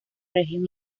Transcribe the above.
región